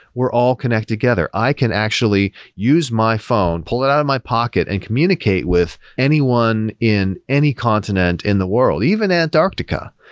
we're all connected together. i can actually use my phone, pull it out of my pocket and communicate with anyone in any continent in the world, even antarctica,